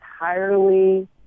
entirely